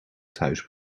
thuis